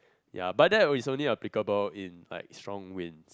ya but that is only applicable in like strong wind